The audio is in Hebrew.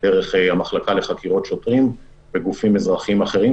דרך המחלקה לחקירות שוטרים וגופים אזרחיים אחרים,